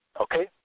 Okay